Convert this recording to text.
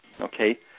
Okay